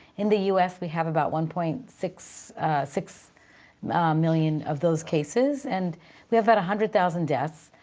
in the us we have about one point six six million of those cases. and we have about a hundred thousand deaths.